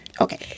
okay